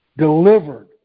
delivered